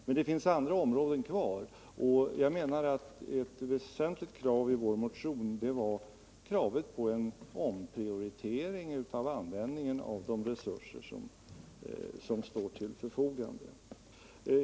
Men det finns andra områden kvar, och jag menar att ett väsentligt krav i vår motion är kravet på en omprioritering av användningen av de resurser som står till förfogande.